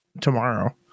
tomorrow